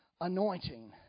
anointing